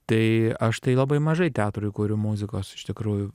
tai aš tai labai mažai teatrui kuriu muzikos iš tikrųjų